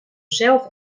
zelf